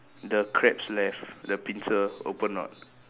the crab's left the pincer open not